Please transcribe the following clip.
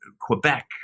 Quebec